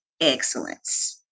excellence